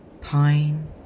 pine